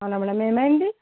అవునా మ్యాడమ్ ఏమైంది